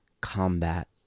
combat